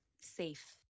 safe